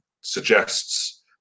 suggests